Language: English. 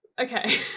Okay